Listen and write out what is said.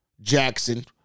Jackson